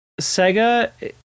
Sega